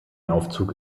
aufzug